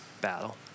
battle